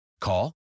Call